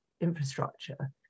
infrastructure